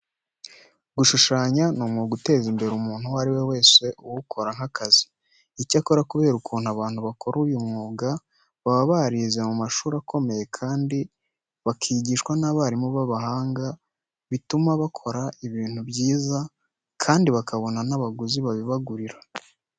Gushushanya ni umwuga uteza imbere umuntu uwo ari we wese uwukora nk'akazi. Icyakora kubera ukuntu abantu bakora uyu mwuga baba barize mu mashuri akomeye kandi bakigishwa n'abarimu b'abahanga, bituma bakora ibintu byiza kandi bakabona n'abaguzi babibagurira.